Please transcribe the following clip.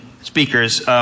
speakers